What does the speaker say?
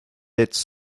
its